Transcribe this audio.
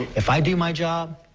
if i do my job,